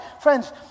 Friends